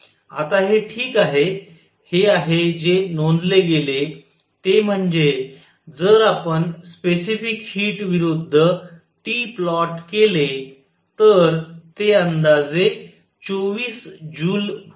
आता हे ठीक आहे हे आहे जे नोंदले गेले ते म्हणजे जर आपण स्पेसिफिक हीट विरुद्ध T प्लॉट केले तर ते अंदाजे 24 जूल होते